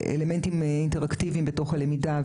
אלמנטים אינטראקטיביים בתוך הלמידה,